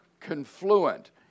confluent